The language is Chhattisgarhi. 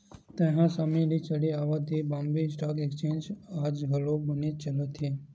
तइहा समे ले चले आवत ये बॉम्बे स्टॉक एक्सचेंज आज घलो बनेच चलत हे